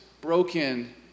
broken